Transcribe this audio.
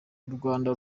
rwanda